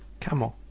camel,